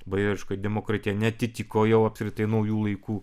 bajoriška demokratija neatitiko jau apskritai naujų laikų